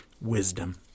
wisdom